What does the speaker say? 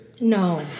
No